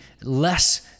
less